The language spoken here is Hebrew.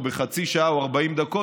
בחצי שעה או ב-40 דקות,